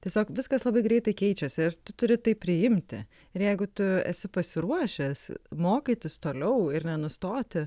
tiesiog viskas labai greitai keičiasi ir tu turi tai priimti ir jeigu tu esi pasiruošęs mokytis toliau ir nenustoti